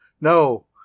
No